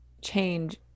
change